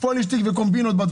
פוליטיקה וקומבינות.